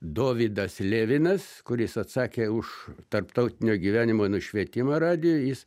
dovydas levinas kuris atsakė už tarptautinio gyvenimo nušvietimą radijo jis